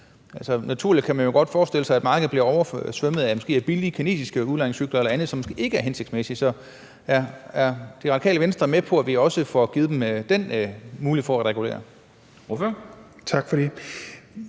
en grænse. Man kan jo godt forestille sig, at markedet bliver oversvømmet af måske billige kinesiske udlejningscykler eller andet, som måske ikke er hensigtsmæssigt. Så er Radikale Venstre med på, at vi også får givet dem den mulighed for at regulere?